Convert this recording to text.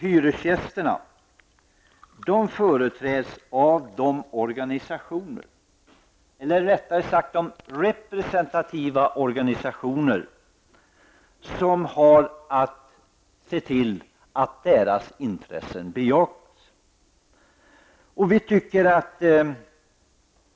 Hyresgästerna företräds av de representativa organisationer som har att se till att deras intressen bejakas.